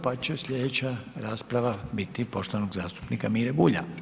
Pa će slijedeća rasprava biti poštovanog zastupnika Mire Bulja.